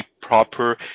proper